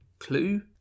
clue